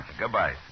Goodbye